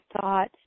thought